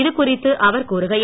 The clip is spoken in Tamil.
இது குறித்து அவர் கூறுகையில்